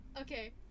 okay